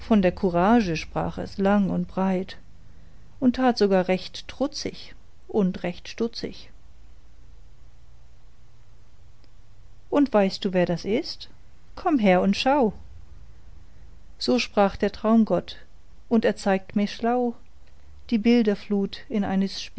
von der courage sprach es lang und breit und tat sogar recht trutzig und recht stutzig und weißt du wer das ist komm her und schau so sprach der traumgott und er zeigt mir schlau die bilderflut in eines